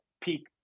peak